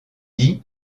dis